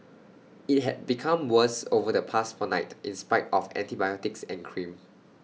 IT had become worse over the past fortnight in spite of antibiotics and cream